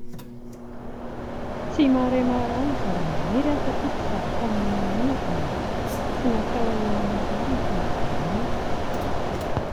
Tsy mahare maharary ny zava-maniry a satria tsy zavatra manan'aina dia tsy natao haheno marary ny zava-maniry